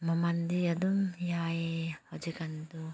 ꯃꯃꯟꯗꯤ ꯑꯗꯨꯝ ꯌꯥꯏꯌꯦ ꯍꯧꯖꯤꯛꯀꯥꯟꯗꯣ